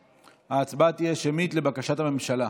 ההצבעה תהיה שמית, לבקשת הממשלה.